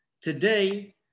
Today